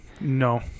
No